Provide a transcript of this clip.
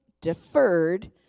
deferred